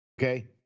Okay